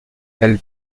elle